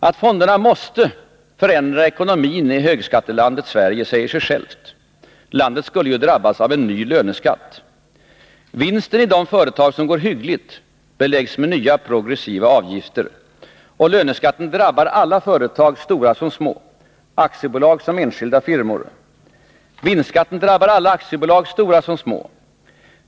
Att fonderna måste förändra ekonomin i högskattelandet Sverige säger sig självt. Landet skulle ju drabbas av en ny löneskatt. Vinsten i de företag som går hyggligt beläggs med nya progressiva avgifter. Löneskatten drabbar alla företag, stora som små, aktiebolag lika väl som enskilda firmor. Vinstskatten drabbar alla aktiebolag, stora som små.